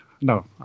No